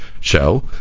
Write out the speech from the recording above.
show